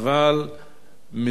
השאלה הזאת מזדקרת ביתר